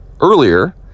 earlier